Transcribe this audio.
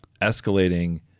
escalating